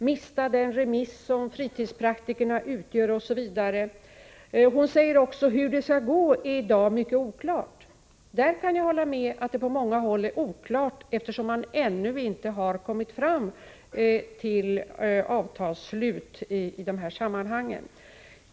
Vi förlorar den resurs som fritidspraktikerna utgör. Margareta Gard säger också: Hur det skall gå är i dag mycket oklart. På den punkten kan jag hålla med henne. Det är oklart på många håll, eftersom man i dessa sammanhang ännu inte har kommit så långt som till att sluta avtal.